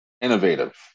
innovative